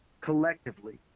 collectively